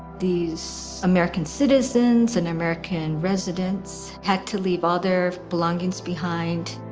these american citizens and american residents had to leave other belongings behind.